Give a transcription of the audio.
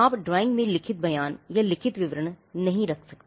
आप ड्राइंग में लिखित बयान या लिखित विवरण नहीं रख सकते